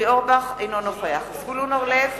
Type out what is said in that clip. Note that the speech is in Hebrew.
אינו נוכח זבולון אורלב,